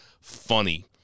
funny